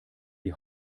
die